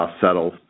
settles